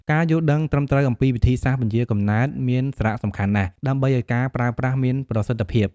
ការយល់ដឹងត្រឹមត្រូវអំពីវិធីសាស្ត្រពន្យារកំណើតមានសារៈសំខាន់ណាស់ ដើម្បីឲ្យការប្រើប្រាស់មានប្រសិទ្ធភាព។